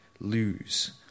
lose